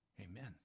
Amen